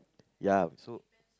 ya so